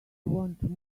want